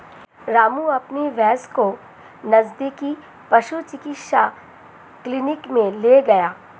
रामू अपनी भैंस को नजदीकी पशु चिकित्सा क्लिनिक मे ले गया